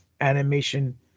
animation